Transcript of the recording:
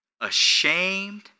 ashamed